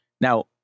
Now